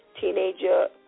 Teenager